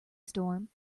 storm